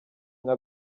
nka